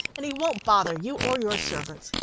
and he won't bother you or your servants.